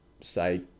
say